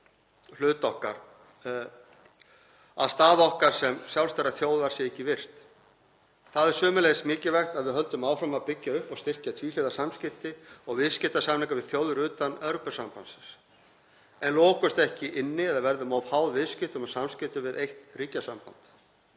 hlut okkar, að staða okkar sem sjálfstæðrar þjóðar sé ekki virt. Það er sömuleiðis mikilvægt að við höldum áfram að byggja upp og styrkja tvíhliða samskipti og viðskiptasamninga við þjóðir utan Evrópusambandsins en lokumst ekki inni eða verðum of háð viðskiptum og samskiptum við eitt ríkjasamband.